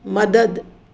मदद